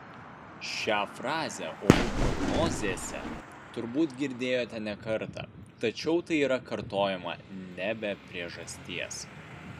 šią frazę orų prognozėse turbūt girdėjote ne kartą tačiau tai yra kartojama ne be priežasties